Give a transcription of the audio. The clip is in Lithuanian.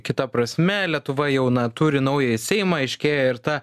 kita prasme lietuva jauna turi naująjį seimą aiškėja ir ta